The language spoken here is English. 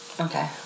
Okay